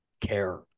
care